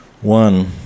One